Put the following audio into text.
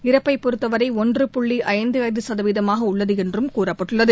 இறப்பை பொறுத்தவரை ஒன்று புள்ளி ஐந்து ஐந்து சதவீதமாக உள்ளது என்றும் கூறப்பட்டுள்ளது